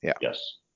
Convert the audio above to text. Yes